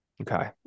Okay